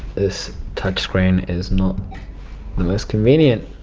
this touch screen is not the most convenient.